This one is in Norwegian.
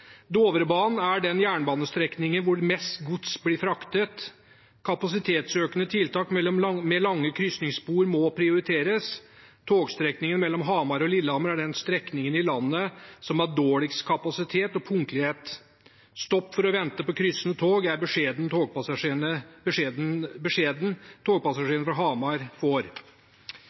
er den jernbanestrekningen hvor mest gods blir fraktet. Kapasitetsøkende tiltak med lange krysningsspor må prioriteres. Togstrekningen mellom Hamar og Lillehammer er den strekningen i landet som har dårligst kapasitet og punktlighet. Beskjeden togpassasjerene fra Hamar får, er: stopp for å vente på kryssende tog.